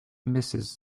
misses